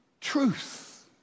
truth